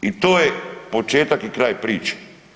I to je početak i kraj priče.